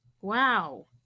Wow